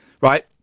right